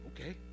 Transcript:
Okay